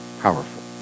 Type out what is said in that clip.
powerful